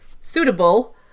suitable